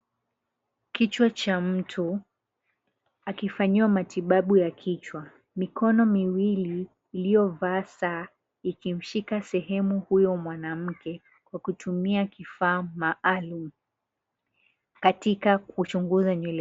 Kichwa cha mtu akifanyiwa matibabu ya kichwa, mikono miwili iliyovaa saa ikimshika sehemu huyo mwanamke kwa kutumia kifaha maalum katika kuchunguza nyewele.